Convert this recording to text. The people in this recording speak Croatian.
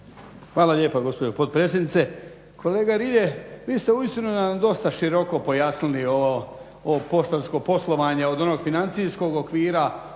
Hvala lijepa gospođo potpredsjednice. Kolega Rilje, vi ste uistinu nam dosta široko pojasnili ovo poštansko poslovanje od onog financijskog okvira